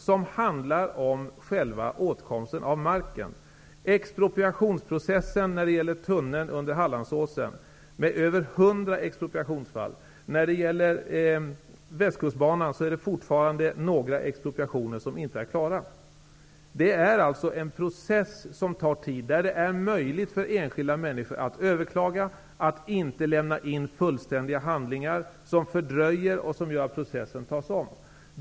Det handlar om själva åtkomsten av marken. Expropriationsprocessen när det gäller tunneln under Hallandsåsen omfattar över 100 expropriationsfall. När det gäller västkustbanan är det fortfarande några expropriationer som inte är klara. Det är en process som tar tid. Där är det möjligt för enskilda människor att överklaga och att inte lämna in fullständiga handlingar. Det fördröjer och gör att processen tas om.